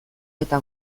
eta